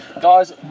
Guys